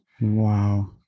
Wow